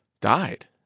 died